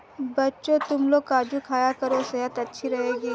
बच्चों, तुमलोग काजू खाया करो सेहत अच्छी रहेगी